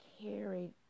carried